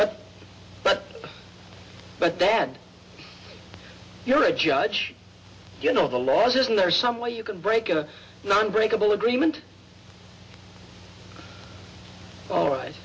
but but but then you're a judge you know the laws isn't there some way you can break a non breakable agreement all right